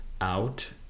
out